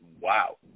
Wow